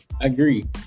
agree